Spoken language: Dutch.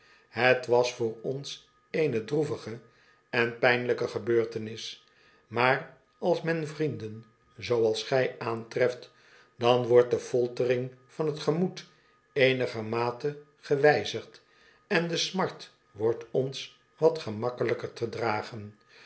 het was voor ons eene droevige en pijnlijke gebeurtenis maar als men vrienden zooals gij aantreft dan wordt de foltering van t gemoed eenigermate gewijzigd en de smart wordt ons wat gemakkelijker te dragen